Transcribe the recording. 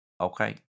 Okay